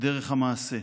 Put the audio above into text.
בדרך המעשה.